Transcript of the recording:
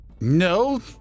no